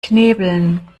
knebeln